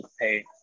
pay